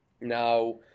Now